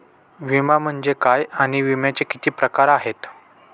विमा म्हणजे काय आणि विम्याचे किती प्रकार आहेत?